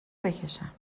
بکشم